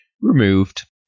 removed